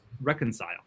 reconcile